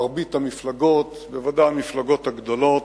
מרבית המפלגות, בוודאי המפלגות הגדולות,